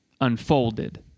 unfolded